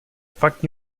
fakt